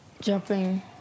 jumping